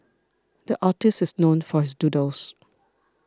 the artist is known for his doodles